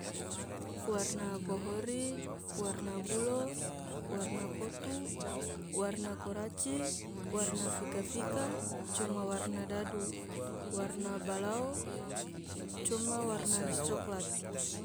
warna kohori, warna bulo, warna kotu, warna koraci, warna fika-fika coma warna dadu, warna balao, coma warna soklat.